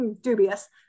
Dubious